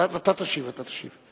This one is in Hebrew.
אתה תשיב, אתה תשיב.